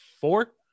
four